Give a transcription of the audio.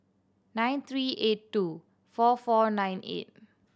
nine three eight two four four nine eight